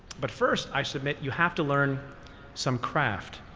but first, i submit you have to learn some craft,